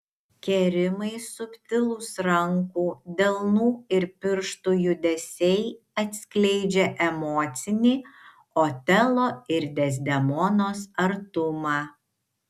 kerimai subtilūs rankų delnų ir pirštų judesiai atskleidžia emocinį otelo ir dezdemonos artumą